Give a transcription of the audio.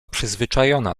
przyzwyczajona